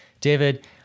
David